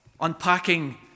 Unpacking